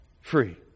free